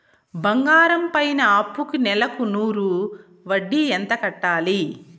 బంగారం పైన అప్పుకి నెలకు నూరు వడ్డీ ఎంత కట్టాలి?